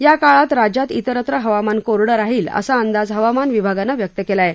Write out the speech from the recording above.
या काळात राज्यात इतरत्र हवामान कोरडं राहील असा अंदाज हवामान विभागानं व्यक्त केला आहे